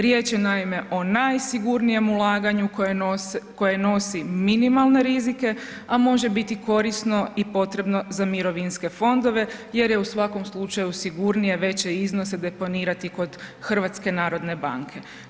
Riječ je naime i o najsigurnijem ulaganju koje nosi minimalne rizike, a može biti korisno i potrebno za mirovinske fondove jer je u svakom slučaju sigurnije veće iznose deponirati kod HNB-a.